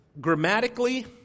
grammatically